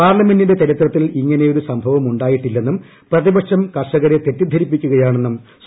പാർലമെന്റിന്റെ ചരിത്രത്തിൽ ഇങ്ങനെയൊരു സംഭവം ഉണ്ടായിട്ടില്ലെന്നും പ്രതിപക്ഷം കർഷകരെ തെറ്റിദ്ധരിപ്പിക്കുകയാണെ ന്നും ശ്രീ